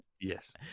Yes